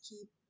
keep